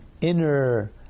inner